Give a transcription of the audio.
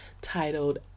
titled